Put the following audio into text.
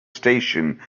station